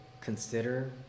consider